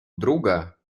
друга